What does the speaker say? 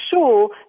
sure